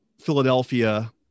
Philadelphia